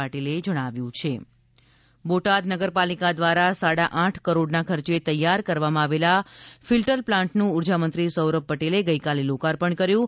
પાટીલે જણાવ્યું છે લોકાર્પણ સૌરભ પટેલ બોટાદ નગરપાલિકા ધ્વારા સાડા આઠ કરોડના ખર્ચે તૈયાર કરવામાં આવેલા ફિલ્ટર પ્લાન્ટનું ઉર્જામંત્રી સૌરભ પટેલે ગઈકાલે લોકાર્પણ કર્યુ હતું